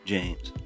James